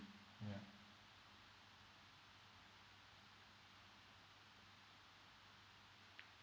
ya